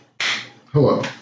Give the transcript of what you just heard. Hello